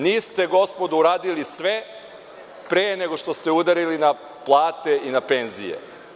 Niste, gospodo, uradili sve pre nego što ste udarili na plate i na penzije.